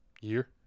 Year